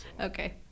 Okay